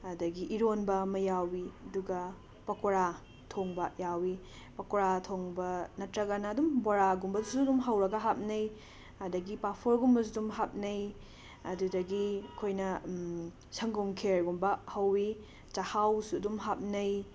ꯑꯗꯒꯤ ꯏꯔꯣꯟꯕ ꯑꯃ ꯌꯥꯎꯏ ꯑꯗꯨꯒ ꯄꯀꯣꯔꯥ ꯊꯣꯡꯕ ꯌꯥꯎꯏ ꯄꯀꯣꯔ ꯊꯣꯡꯕ ꯅꯠꯇ꯭ꯔꯒꯅ ꯑꯗꯨꯝ ꯕꯣꯔꯥꯒꯨꯝꯕꯁꯨ ꯑꯗꯨꯝ ꯍꯧꯔꯒ ꯍꯥꯞꯅꯩ ꯑꯗꯒꯤ ꯄꯥꯐꯣꯔꯒꯨꯝꯕꯁꯨ ꯑꯗꯨꯝ ꯍꯥꯞꯅꯩ ꯑꯗꯨꯗꯒꯤ ꯑꯈꯣꯏꯅ ꯁꯪꯒꯣꯝ ꯈꯦꯔꯒꯨꯝꯕ ꯍꯧꯏ ꯆꯍꯥꯎꯁꯨ ꯑꯗꯨꯝ ꯍꯥꯞꯅꯩ